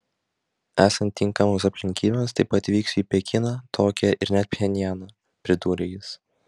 esant tinkamoms aplinkybėms taip pat vyksiu į pekiną tokiją ir net pchenjaną pridūrė jis